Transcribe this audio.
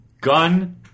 Gun